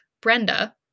Brenda